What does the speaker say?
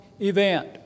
event